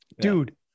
Dude